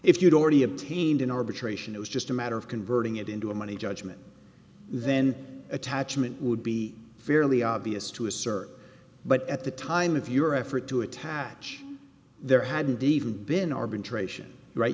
if you don't already obtained an arbitration it was just a matter of converting it into a money judgment then attachment would be fairly obvious to assert but at the time of your effort to attach there hadn't even been arbitration right